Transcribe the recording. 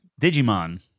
Digimon